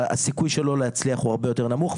שהסיכוי שלו להצליח הוא הרבה יותר נמוך.